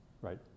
right